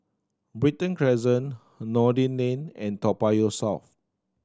Brighton Crescent Noordin Lane and Toa Payoh South